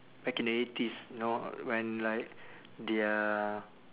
back in the eighties know when like they are